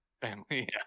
Family